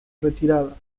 retirada